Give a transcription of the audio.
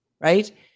right